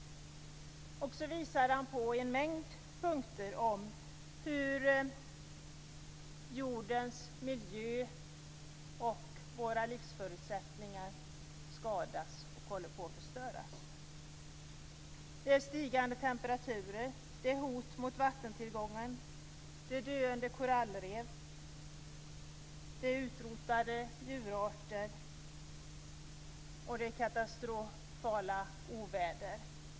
Han visar på en mängd punkter hur jordens miljö och våra livsförutsättningar skadas och håller på att förstöras. Det är stigande temperaturer. Det är hot mot vattentillgången. Det är döende korallrev. Det är utrotade djurarter och katastrofala oväder.